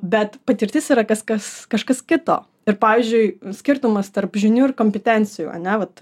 bet patirtis yra kas kas kažkas kito ir pavyzdžiui skirtumas tarp žinių ir kompetencijų ane vat